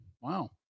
Wow